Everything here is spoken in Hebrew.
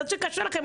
אני יודעת שקשה לכם,